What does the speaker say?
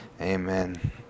Amen